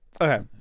okay